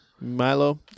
Milo